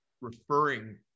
referring